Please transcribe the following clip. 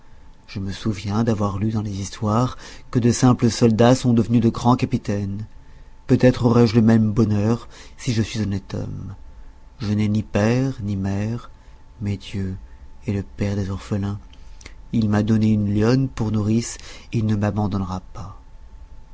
je me souviens d'avoir lu dans les histoires que de simples soldats sont devenus de grands capitaines peut-être aurai-je le même bonheur si je suis honnête homme je n'ai ni père ni mère mais dieu est le père des orphelins il m'a donné une lionne pour nourrice il ne m'abandonnera pas